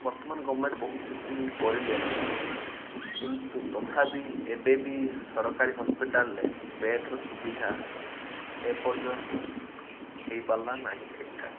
ବର୍ତ୍ତମାନ ଗଭର୍ଣ୍ଣମେଣ୍ଟ ବହୁତ କିଛି କରିଲେନି କିନ୍ତୁ ତଥାପି ଏବେ ବି ସରକାରୀ ହସ୍ପିଟାଲରେ ବେଡ଼ର ସୁବିଧା ଏପର୍ଯ୍ୟନ୍ତ ହେଇପାରିଲା ନାହିଁ ଠିକ୍ ଠାକ୍